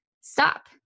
stop